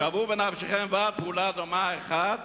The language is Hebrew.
שוו בנפשכם ועד פעולה דומה באחת